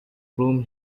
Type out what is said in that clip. room